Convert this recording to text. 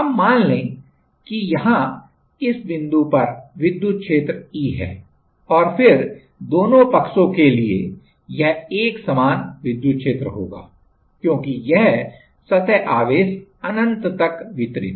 अब मान लें कि यहाँ इस बिंदु पर विद्युत क्षेत्र E है और फिर दोनों पक्षों के लिए यह एक समान विद्युत क्षेत्र होगा क्योंकि यह सतह आवेश अनन्त तक वितरित है